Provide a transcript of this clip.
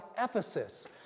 Ephesus